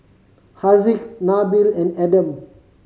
Haziq Nabil and Adam